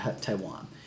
Taiwan